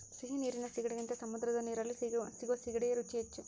ಸಿಹಿ ನೀರಿನ ಸೀಗಡಿಗಿಂತ ಸಮುದ್ರದ ನೀರಲ್ಲಿ ಸಿಗುವ ಸೀಗಡಿಯ ರುಚಿ ಹೆಚ್ಚು